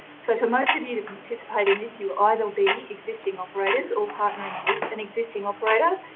so for most of you to participate in this, you either be existing operators or partnering with an existing operator.